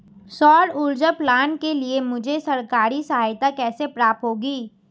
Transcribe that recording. सौर ऊर्जा प्लांट के लिए मुझे सरकारी सहायता कैसे प्राप्त होगी?